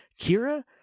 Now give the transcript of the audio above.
Kira